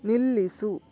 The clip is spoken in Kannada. ನಿಲ್ಲಿಸು